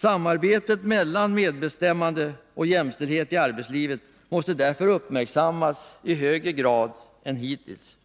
Sambandet mellan medbestämmande och jämställdhet i arbetslivet måste därför uppmärksammas i högre grad än hittills.